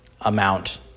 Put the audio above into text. amount